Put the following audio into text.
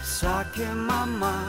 sakė mama